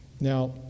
Now